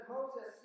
Moses